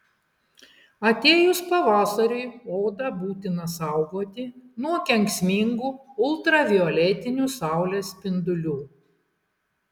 atėjus pavasariui odą būtina saugoti nuo kenksmingų ultravioletinių saulės spindulių